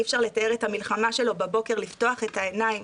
אי אפשר לתאר את המלחמה שלו בבוקר לפתוח את העיניים,